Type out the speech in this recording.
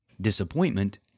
disappointment